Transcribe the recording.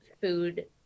food